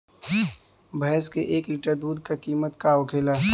भैंस के एक लीटर दूध का कीमत का होखेला?